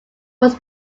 was